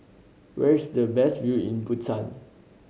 where is the best view in Bhutan